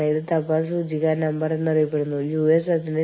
അതിനാൽ ഭൂമിശാസ്ത്രപരമായ അതിരുകളാൽ നിയന്ത്രിക്കപ്പെടാത്ത ചില നിയമങ്ങളുണ്ട്